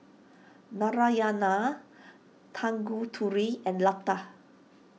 Narayana Tanguturi and Lata